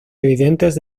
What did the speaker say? evidentes